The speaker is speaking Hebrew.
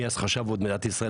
מי אז חשב על מדינת ישראל?